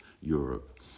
Europe